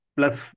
plus